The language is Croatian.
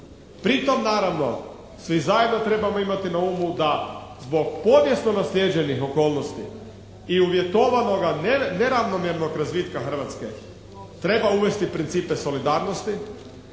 Pritom naravno svi zajedno trebamo imati na umu da zbog povijesno naslijeđenih okolnosti i uvjetovanoga neravnomjernog razvitka Hrvatske treba uvesti principe solidarnosti,